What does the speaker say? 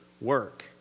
work